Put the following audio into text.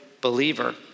believer